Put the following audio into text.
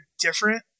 different